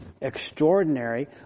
extraordinary